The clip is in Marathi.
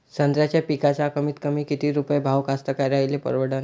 संत्र्याचा पिकाचा कमीतकमी किती रुपये भाव कास्तकाराइले परवडन?